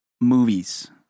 movies